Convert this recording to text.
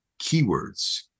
keywords